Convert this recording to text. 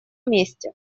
месте